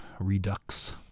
redux